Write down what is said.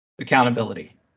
accountability